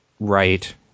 right